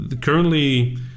currently